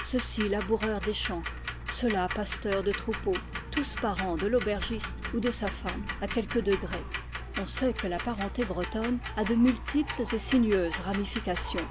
ceux-ci laboureurs des champs ceux là pasteurs de troupeaux tous parents de l'aubergiste ou de sa femme à quelque degré on sait que la parenté bretonne a de multiples et sinueuses ramifications